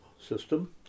system